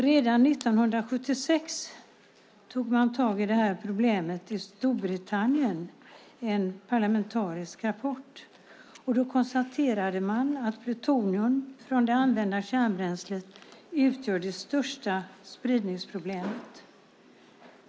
Redan 1976 tog man tag i detta problem i Storbritannien. I en parlamentarisk rapport konstaterade man att plutonium från det använda kärnbränslet utgör det största spridningsproblemet.